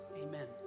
Amen